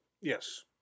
Yes